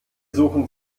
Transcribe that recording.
suchen